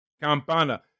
Campana